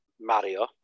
Mario